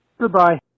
Goodbye